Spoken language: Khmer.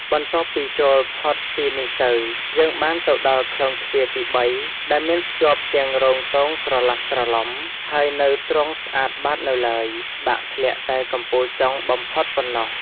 បន្ទាប់ពីចូលផុតពីនេះទៅយើងបានទៅដល់ខ្លោងទ្វារទី ៣ ដែលមានភ្ជាប់ទាំងរោងទងស្រឡះស្រឡំ ហើយនៅទ្រង់ស្អាតបាតនៅឡើយ បាក់ធ្លាក់តែកំពូលចុងបំផុតប៉ុណ្ណោះ ។